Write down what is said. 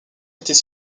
était